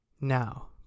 Now